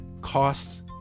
costs